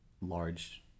large